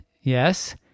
Yes